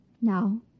Now